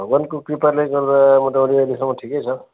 भगवान्को कृपाले गर्दा मोटामोटी अहिलेसम्म ठिकै छ